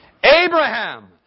Abraham